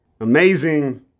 amazing